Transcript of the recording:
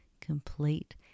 complete